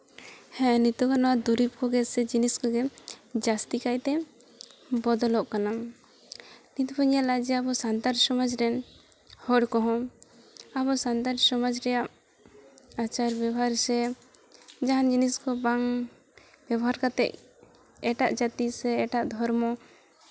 ᱦᱮᱸ ᱱᱤᱛᱚᱜ ᱟᱜ ᱱᱚᱣᱟ ᱫᱩᱨᱤᱵᱽ ᱠᱚᱜᱮ ᱥᱮ ᱡᱤᱱᱤᱥ ᱠᱚᱜᱮ ᱡᱟᱹᱥᱛᱤ ᱠᱟᱭᱛᱮ ᱵᱚᱫᱚᱞᱚᱜ ᱠᱟᱱᱟ ᱱᱤᱛ ᱵᱚᱱ ᱧᱮᱞᱟ ᱡᱮ ᱟᱵᱚ ᱥᱟᱱᱛᱟᱲ ᱥᱚᱢᱟᱡᱽ ᱨᱮ ᱦᱚᱲ ᱠᱚᱦᱚᱸ ᱟᱵᱚ ᱥᱟᱱᱛᱟᱲ ᱥᱚᱢᱟᱡᱽ ᱨᱮᱭᱟᱜ ᱟᱪᱟᱨ ᱵᱮᱵᱚᱦᱟᱨ ᱥᱮ ᱡᱟᱦᱟᱱ ᱡᱤᱱᱤᱥ ᱠᱚ ᱵᱟᱝ ᱵᱮᱵᱚᱦᱟᱨ ᱠᱟᱛᱮ ᱮᱴᱟᱜ ᱡᱟᱹᱛᱤ ᱥᱮ ᱮᱴᱟᱜ ᱫᱷᱚᱨᱢᱚ